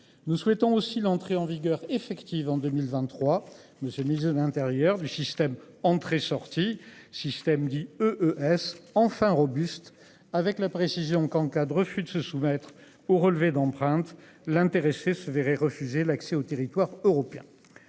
Nous souhaitons aussi l'entrée en vigueur effective en 2023. Monsieur le ministre de l'intérieur du système entrée sortie système dit E S enfin robuste avec la précision qu'en cas de refus de se soumettre au relevé d'empreintes. L'intéressé se verraient refuser l'accès au territoire européen.